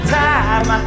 time